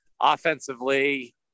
offensively